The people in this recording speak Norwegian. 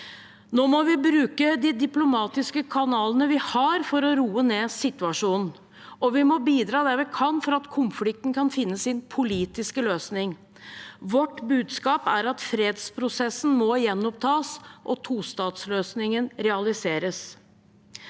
Nå må vi bruke de diplomatiske kanalene vi har for å roe ned situasjonen, og vi må bidra det vi kan for at konflikten kan finne sin politiske løsning. Vårt budskap er at fredsprosessen må gjenopptas, og tostatsløsningen realiseres.